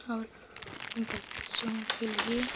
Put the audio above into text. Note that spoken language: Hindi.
और बच्चों के लिए